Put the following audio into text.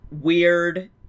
weird